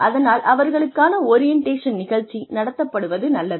அதனால் அவர்களுக்கான ஓரியன்டேஷன் நிகழ்ச்சி நடத்தப்படுவது நல்லது